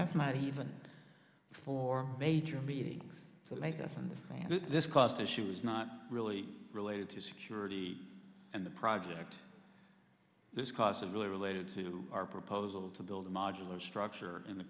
that's not even for major meetings to make us understand that this cost issue is not really related to security and the project this cause and really related to our proposal to build a modular structure in the